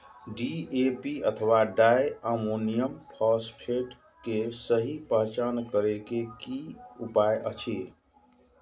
DAP अथवा di ammonium phosphate के सहि पहचान करे के कि उपाय अछि?